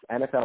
NFL